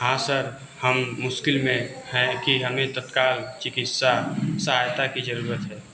हाँ सर हम मुश्किल में हैं कि हमें तत्काल चिकित्सा सहायता की जरूरत है